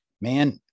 man